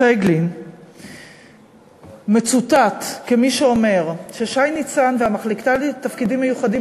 פייגלין מצוטט כמי שאומר ששי ניצן והמחלקה לתפקידים מיוחדים